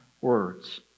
words